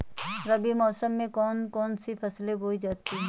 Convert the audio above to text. रबी मौसम में कौन कौन सी फसलें बोई जाती हैं?